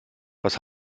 was